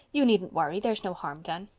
you needn't worry there's no harm done.